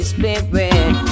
Spirit